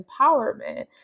empowerment